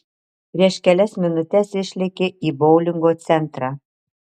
prieš kelias minutes išlėkė į boulingo centrą